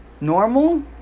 Normal